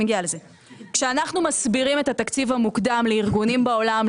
כשאנחנו מסבירים את התקציב המוקדם לארגונים בעולם,